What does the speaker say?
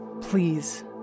Please